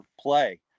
play